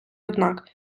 однак